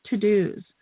to-dos